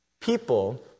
people